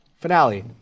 finale